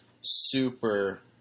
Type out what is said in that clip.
super